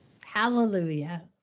Hallelujah